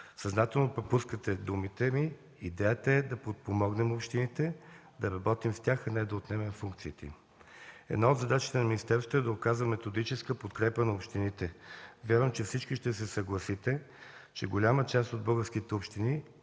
Съзнателно пропускате думите ми. „Идеята е да подпомогнем общините, да работим с тях, а не да отнемем функциите им. Една от задачите на министерството е да оказва методическа подкрепа на общините. Вярвам, че всички ще се съгласите, че голяма част от българските общини